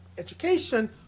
Education